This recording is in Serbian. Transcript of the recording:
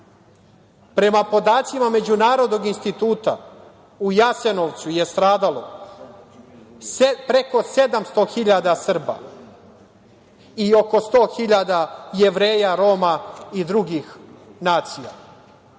narod. Prema podacima Međunarodnog instituta u Jasenovcu je stradalo preko 700 hiljada Srba i oko 100 hiljada Jevreja, Roma i drugih nacija.